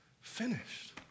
finished